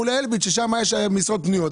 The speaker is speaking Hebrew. תלכו לאלביט שבה יש משרות פנויות.